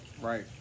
Right